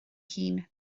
hun